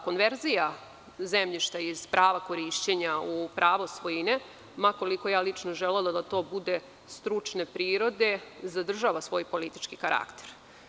Konverzija zemljišta iz prava korišćenja u pravo svojine, ma koliko ja lično želela da to bude stručne prirode, zadržava svoj politički karakter.